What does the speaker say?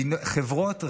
חברות רב-לאומיות,